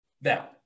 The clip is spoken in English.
Now